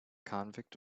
convict